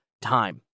time